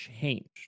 changed